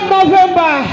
November